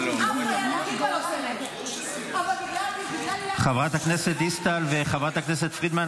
אף חובש כיפה לא סירב --- חברת הכנסת דיסטל וחברת הכנסת פרידמן,